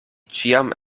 ĉiam